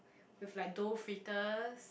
with like dough fritters